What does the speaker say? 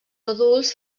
adults